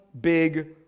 big